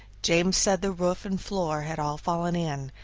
james said the roof and floor had all fallen in,